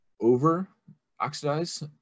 over-oxidize